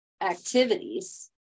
activities